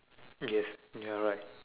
yes you are right